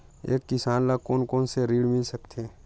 एक किसान ल कोन कोन से ऋण मिल सकथे?